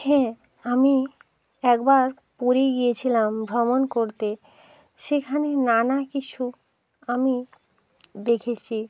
হ্যাঁ আমি একবার পুরী গিয়েছিলাম ভ্রমণ করতে সেখানে নানা কিছু আমি দেখেছি